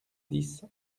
dix